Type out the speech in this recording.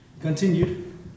Continued